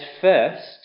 First